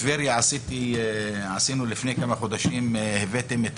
אבל --- אני זוכר שלפני כמה חודשים הבאתם את